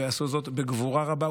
ועשו זאת בגבורה רבה,